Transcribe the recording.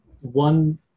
one